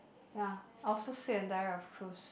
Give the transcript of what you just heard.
ya I was so sick and tired of cruise